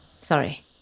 Sorry